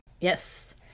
Yes